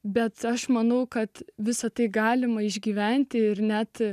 bet aš manau kad visa tai galima išgyventi ir net